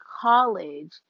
college